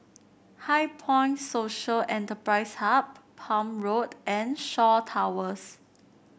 HighPoint Social Enterprise Hub Palm Road and Shaw Towers